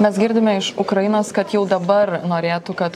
mes girdime iš ukrainos kad jau dabar norėtų kad